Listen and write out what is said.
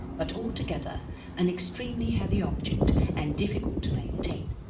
but altogether an extremely heavy object and difficult to maintain.